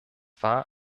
war